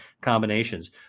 combinations